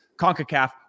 CONCACAF